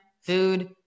food